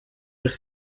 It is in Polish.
już